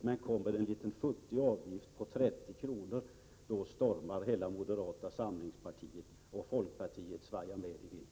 Men om det kommer en liten futtig avgift på 30 kr., då stormar hela moderata samlingspartiet, och folkpartiet svajar med i vinden.